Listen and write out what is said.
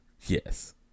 Yes